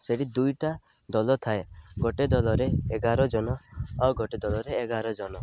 ସେଠି ଦୁଇଟା ଦଲ ଥାଏ ଗୋଟେ ଦଲରେ ଏଗାର ଜନ ଆଉ ଗୋଟେ ଦଲରେ ଏଗାର ଜନ